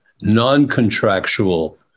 non-contractual